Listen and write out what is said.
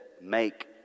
make